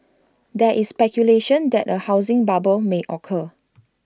there is speculation that A housing bubble may occur